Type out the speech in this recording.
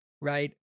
right